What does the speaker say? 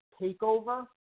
takeover